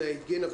תנאי היגיינה,